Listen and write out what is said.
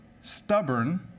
stubborn